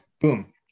Boom